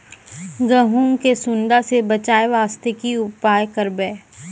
गहूम के सुंडा से बचाई वास्ते की उपाय करबै?